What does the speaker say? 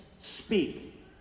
speak